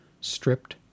stripped